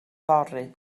fory